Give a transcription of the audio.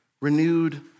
Renewed